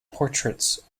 portraits